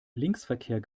linksverkehr